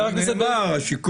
יש פה סוגיה אחת קטנה, שהיא